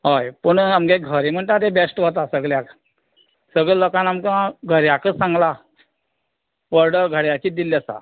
होय पूण आमगे घरे म्हणटा ते बेश्ट वता सगल्याक सगल्या लोकान आमकां घऱ्याक सांगलां ऑर्डर घऱ्यांचीच दिल्ली आसा